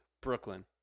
Brooklyn